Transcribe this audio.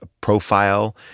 profile